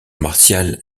martiale